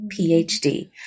PhD